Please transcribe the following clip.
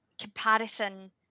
comparison